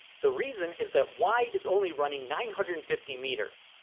the reason is that y is only running nine hundred and fifty meters.